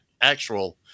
actual